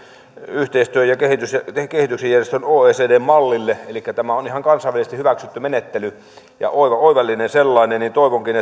yhteistyön ja kehityksen järjestön mallille elikkä tämä on ihan kansainvälisesti hyväksytty menettely ja oivallinen sellainen edustaja